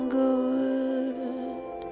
good